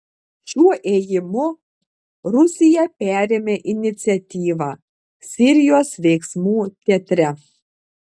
šiuo ėjimu rusija perėmė iniciatyvą sirijos veiksmų teatre